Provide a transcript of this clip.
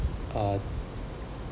a